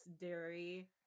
dairy